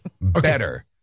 Better